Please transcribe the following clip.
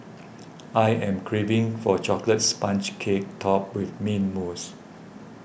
I am craving for a Chocolate Sponge Cake Topped with Mint Mousse